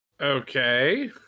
Okay